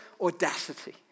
audacity